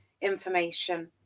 information